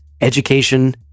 Education